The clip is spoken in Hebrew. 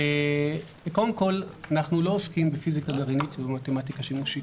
קודם כול אנחנו לא עוסקים בפיזיקה גרעינית ובמתמטיקה שימושית,